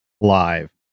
live